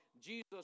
Jesus